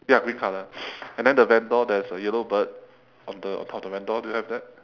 ya green colour and then the vendor there's a yellow bird on the on top of the vendor do you have that